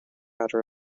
matter